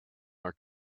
are